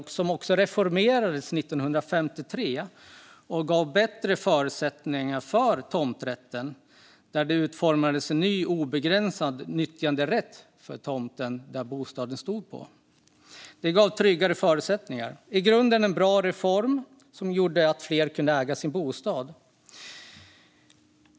År 1953 reformerades det, vilket gav bättre förutsättningar för tomträtten. Det utformades en ny obegränsad nyttjanderätt för tomten där bostaden stod. Det gav tryggare förutsättningar. I grunden var det en bra reform som gjorde att fler kunde äga sin bostad.